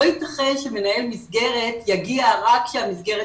לא ייתכן שמנהל מסגרת יגיע רק כשהמסגרת